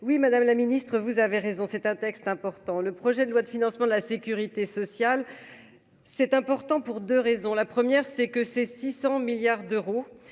oui, Madame la Ministre, vous avez raison, c'est un texte important, le projet de loi de financement de la Sécurité sociale, c'est important pour 2 raisons : la première c'est que ces 600 milliards d'euros